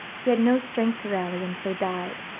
he had no strength to rally, and so died,